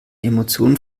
emotionen